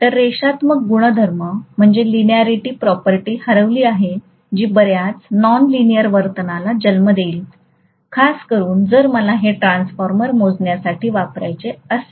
तर रेषात्मकता गुणधर्म हरवली आहे जी बर्याच नॉनलीनिअर् वर्तनला जन्म देईल खासकरुन जर मला हे ट्रान्सफॉर्मर मोजण्यासाठी वापरायचे असेल